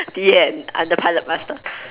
the end I'm the pilot master